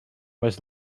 was